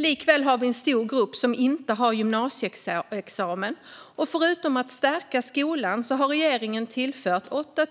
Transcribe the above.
Likväl har vi en stor grupp som inte har gymnasieexamen. Förutom att stärka skolan har regeringen tillfört 8